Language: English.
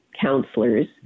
counselors